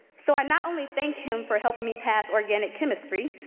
so i not only thank him for helping me pass organic chemistry,